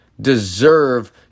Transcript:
deserve